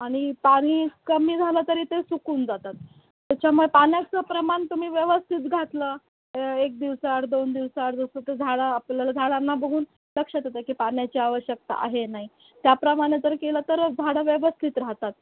आणि पाणी कमी झालं तरी ते सुकून जातात त्याच्यामुळे पाण्याचं प्रमाण तुम्ही व्यवस्थित घातलं एक दिवसा आड दोन दिवसा आड जसं तर झाडं आपल्याला झाडांना बघून लक्षात येतं की पाण्याची आवश्यकता आहे नाही त्याप्रमाणे जर केलं तर झाडं व्यवस्थित राहतात